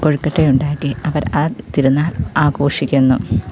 കൊഴുക്കട്ട ഉണ്ടാക്കി അവർ ആ തിരുന്നാൾ ആഘോഷിക്കുന്നു